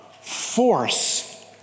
force